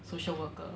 social worker